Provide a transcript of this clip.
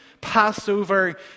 Passover